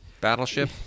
Battleship